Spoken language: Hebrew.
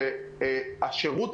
מחר בבוקר אמורים להגיע אותם תלמידים,